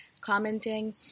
commenting